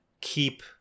keep